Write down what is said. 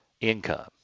income